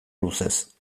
luzez